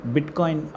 Bitcoin